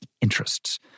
interests